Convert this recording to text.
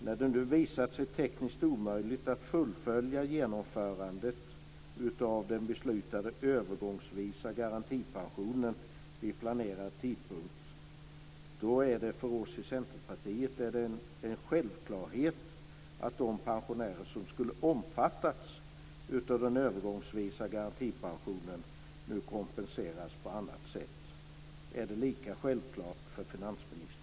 När det nu visat sig tekniskt omöjligt att fullfölja genomförandet av den beslutade övergångsvisa garantipensionen vid planerad tidpunkt, är det för oss i Centerpartiet en självklarhet att de pensionärer som skulle ha omfattats av den övergångsvisa garantipensionen nu kompenseras på annat sätt. Är detta lika självklart för finansministern?